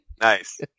Nice